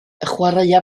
chwaraea